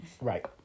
right